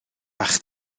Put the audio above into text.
bach